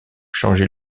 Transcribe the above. changer